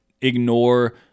ignore